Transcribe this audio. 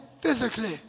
physically